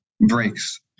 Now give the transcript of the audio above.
breaks